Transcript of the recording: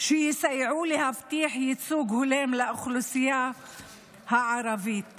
שיסייעו להבטיח ייצוג הולם לאוכלוסייה הערבית